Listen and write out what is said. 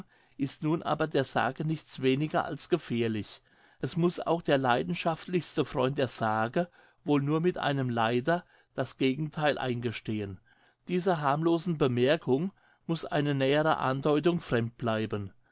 ist nun aber der sage nichts weniger als gefährlich es muß auch der leidenschaftlichste freund der sage wohl nur mit einem leider das gegentheil eingestehen dieser harmlosen bemerkung muß eine nähere andeutung fremd bleiben